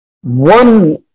one